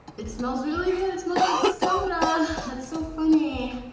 it smells really good. it smells like soda. that's so funny.